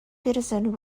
patterson